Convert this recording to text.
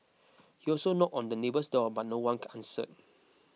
he also knocked on the neighbour's door but no one answered